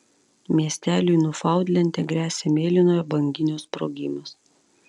miesteliui niufaundlende gresia mėlynojo banginio sprogimas